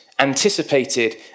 anticipated